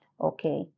okay